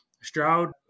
Stroud